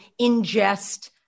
ingest